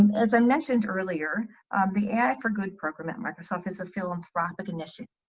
um as i mentioned earlier the ad for good program at microsoft is a philanthropic initiative.